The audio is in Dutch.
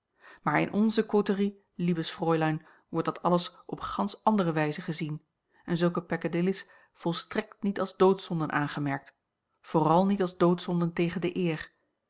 maar in onze côterie liebes fräulein wordt dat alles op gansch andere wijze gezien en zulke peccadilles volstrekt niet als doodzonden aangemerkt vooral niet als doodzonden tegen de eer